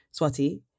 Swati